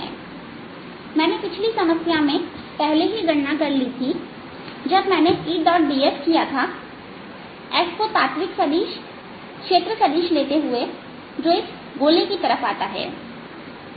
मैंने पिछली समस्या में पहले ही गणना कर ली थीजब मैंने Eds किया s को तात्विक सदिश इसको क्षेत्र सदिश लेते हुए जो इस गोले की तरफ आता है